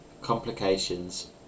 Complications